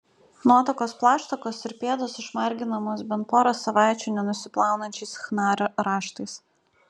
nuotakos plaštakos ir pėdos išmarginamos bent porą savaičių nenusiplaunančiais chna raštais